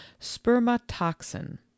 spermatoxin